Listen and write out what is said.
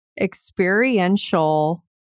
experiential